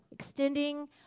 extending